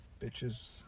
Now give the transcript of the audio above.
bitches